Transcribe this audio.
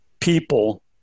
people –